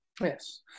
Yes